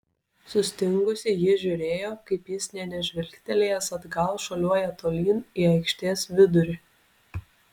sustingusi ji žiūrėjo kaip jis nė nežvilgtelėjęs atgal šuoliuoja tolyn į aikštės vidurį